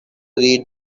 read